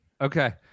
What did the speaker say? Okay